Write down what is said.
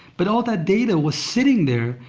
but all that data was sitting there,